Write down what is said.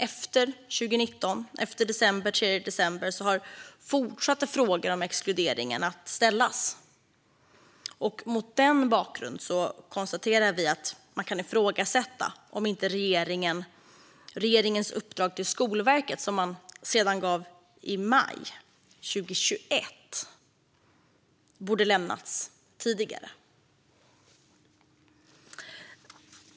Efter den 3 december 2019 har frågor om exkluderingen fortsatt att ställas. Mot den bakgrunden konstaterar vi att man kan ifrågasätta om inte regeringens uppdrag till Skolverket som man sedan gav i maj 2021 borde ha lämnats tidigare.